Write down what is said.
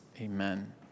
amen